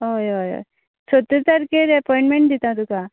हय हय हय सत्र तारकेर एपॉयणमॅण दिता तुका